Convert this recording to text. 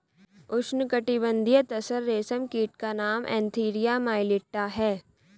उष्णकटिबंधीय तसर रेशम कीट का नाम एन्थीरिया माइलिट्टा है